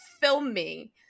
filming